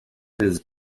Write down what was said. his